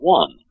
one